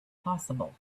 possible